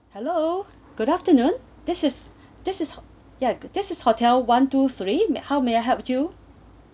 hello good afternoon this is this is ya this is hotel one to three how may I help you